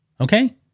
okay